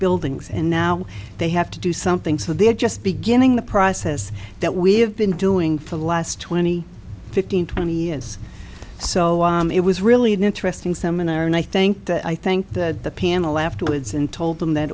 buildings and now they have to do something so they're just beginning the process that we have been doing for the last twenty fifteen twenty s so it was really an interesting seminar and i think that i think that the panel afterwards and told them that